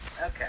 Okay